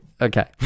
Okay